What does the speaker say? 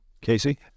Casey